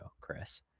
Chris